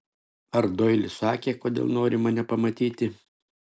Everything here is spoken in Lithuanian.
ar doilis sakė kodėl nori mane pamatyti